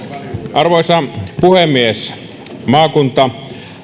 arvoisa puhemies maakunta